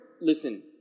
listen